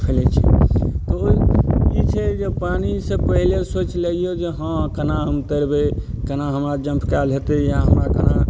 फैलै छै तऽ ओ ई छै जे पानि से पहिले सोचि लियौ जे हँ केना हम तैरबै केना हमरा जम्प कएल हेतै या हमरा केना